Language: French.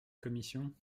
commission